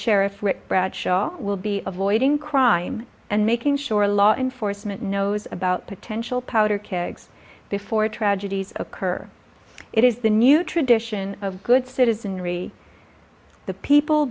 sheriff rick bradshaw will be avoiding crime and making sure law enforcement knows about potential powder kegs before tragedies occur it is the new tradition of good citizenry the people